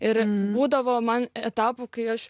ir būdavo man etapų kai aš